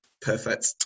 Perfect